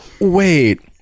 wait